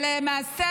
למעשה,